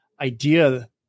idea